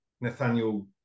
Nathaniel